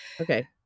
Okay